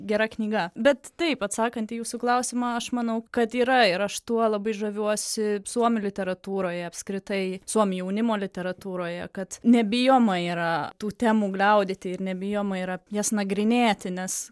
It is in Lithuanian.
gera knyga bet taip atsakant į jūsų klausimą aš manau kad yra ir aš tuo labai žaviuosi suomių literatūroje apskritai suomių jaunimo literatūroje kad nebijoma yra tų temų gliaudyti ir nebijoma yra jas nagrinėti nes